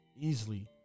easily